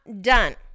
done